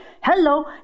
Hello